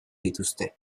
dituzte